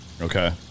Okay